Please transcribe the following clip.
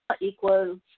equals